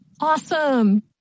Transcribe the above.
Awesome